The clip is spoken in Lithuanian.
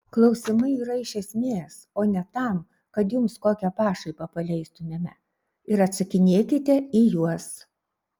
klausimai yra iš esmės o ne tam kad jums kokią pašaipą paleistumėme ir atsakinėkite į juos